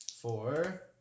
Four